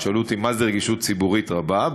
תשאלו אותי מה זה רגישות ציבורית רבה,